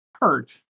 hurt